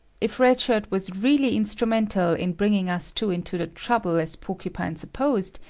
if red shirt was really instrumental in bringing us two into the trouble as porcupine supposed,